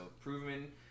proven